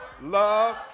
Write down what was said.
love